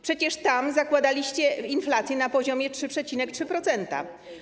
Przecież tam zakładaliście inflację na poziomie 3,3%.